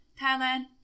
Thailand